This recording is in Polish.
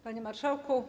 Panie Marszałku!